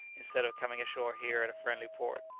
instead of coming ashore here in a friendly port.